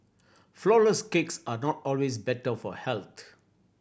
flourless cakes are not always better for health